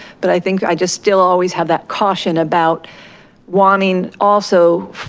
but i think i just still always have that caution about wanting also,